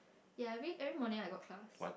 ya I mean every morning I got class